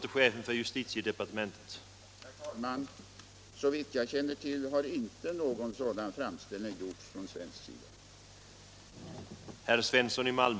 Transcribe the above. Herr talman! Såvitt jag känner till har icke någon sådan framställning gjorts från svenskt håll.